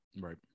Right